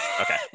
okay